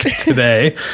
today